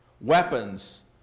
weapons